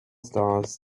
stars